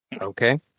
Okay